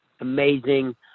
amazing